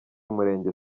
umurenge